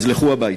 אז לכו הביתה.